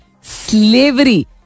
slavery